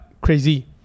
crazy